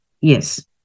yes